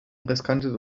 riskantes